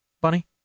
bunny